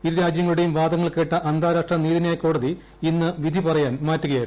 ഇരു രാജ്യങ്ങളൂട്ടിയ്ക് വാദങ്ങൾ കേട്ട അന്താരാഷ്ട്ര നീതിന്യായ ക്കോട്ട്ത് ഇന്ന് വിധി പറയാൻ മാറ്റുകയായിരുന്നു